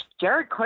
Jared